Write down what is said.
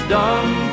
done